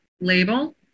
label